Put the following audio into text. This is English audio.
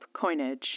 coinage